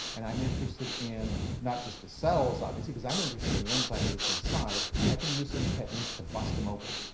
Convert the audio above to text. and i'm interested in, not just the cells, obviously, because i'm interested in the enzymes that's inside, i can use some techniques to bust em open.